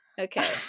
okay